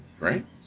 right